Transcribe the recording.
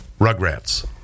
Rugrats